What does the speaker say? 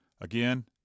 Again